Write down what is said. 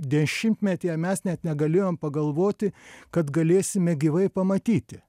dešimtmetyje mes net negalėjom pagalvoti kad galėsime gyvai pamatyti